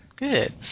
good